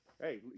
Hey